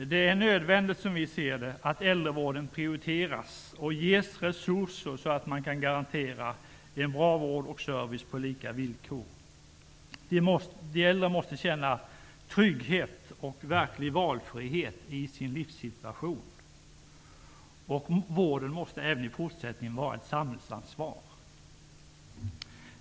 Det är nödvändigt att äldrevården prioriteras och ges resurser så att man kan garantera en bra vård och service på lika villkor. De äldre måste känna trygghet och verklig valfrihet i sin livssituation, och vården måste även i fortsättningen vara ett samhällsansvar.